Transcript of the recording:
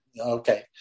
okay